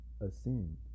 ascend